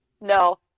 No